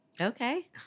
Okay